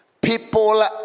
People